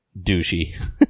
douchey